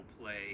play